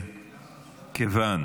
כיוון